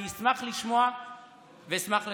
אשמח לשמוע ואשמח לשפר.